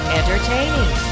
entertaining